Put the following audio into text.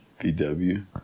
VW